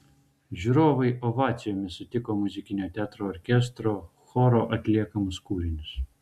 žiūrovai ovacijomis sutiko muzikinio teatro orkestro choro atliekamus kūrinius